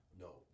No